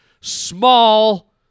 small